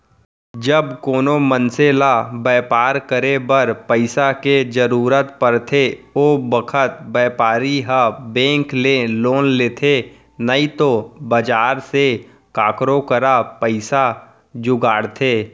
जब कोनों मनसे ल बैपार करे बर पइसा के जरूरत परथे ओ बखत बैपारी ह बेंक ले लोन लेथे नइतो बजार से काकरो करा पइसा जुगाड़थे